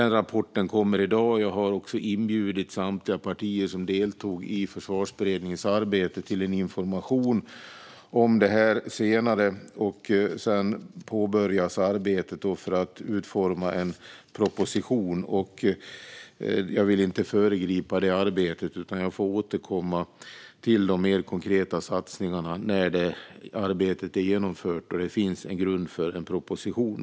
Jag har också inbjudit samtliga partier som deltog i Försvarsberedningens arbete till en information om detta senare. Sedan påbörjas arbetet för att utforma en proposition. Jag vill inte föregripa detta arbete, utan jag får återkomma till de mer konkreta satsningarna när arbetet är genomfört och det finns en grund för en proposition.